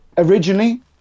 Originally